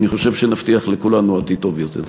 אני חושב שנבטיח לכולנו עתיד טוב יותר.